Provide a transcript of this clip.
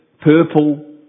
purple